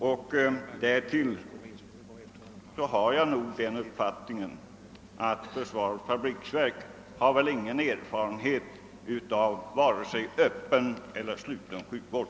Dessutom har jag den uppfattningen att försvarets fabriksverk inte har någon erfarenhet av vare sig öppen eller sluten sjukvård.